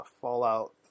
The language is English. fallout